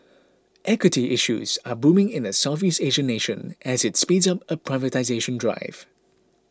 equity issues are booming in the Southeast Asian nation as it speeds up a privatisation drive